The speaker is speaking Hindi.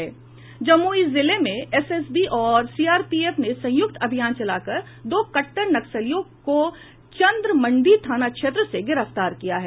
जमुई जिले में एसएसबी और सीआरपीएफ ने संयुक्त अभियान चलाकर दो कट्टर नक्सलियों को चंद्रमंडीह थाना क्षेत्र से गिरफ्तार किया है